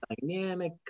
Dynamic